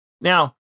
Now